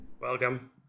Welcome